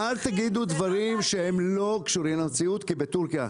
רוב הלולים בטורקיה,